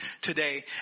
today